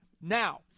Now